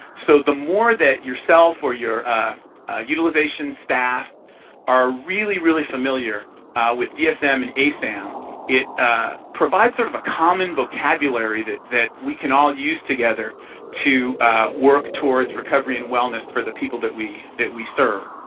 so the more that yourself or your utilization staff are really, really familiar with dsm and asam, it provides sort of a common vocabulary that that we can all use together to work towards recovery and wellness for the people that we that we serve.